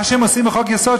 מה שהם עושים בחוק-יסוד,